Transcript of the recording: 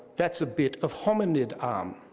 that's a bit of hominid arm.